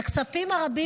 והכספים הרבים,